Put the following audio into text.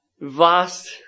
vast